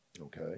Okay